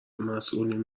مسئولین